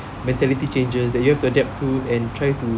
mentality changes that you'll have to adapt to and try to